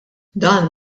dan